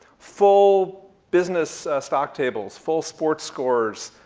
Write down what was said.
full business stock tables, full sports scores.